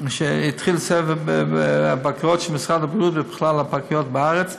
של משרד הבריאות בכלל הפגיות בארץ.